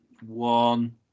one